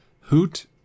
Hoot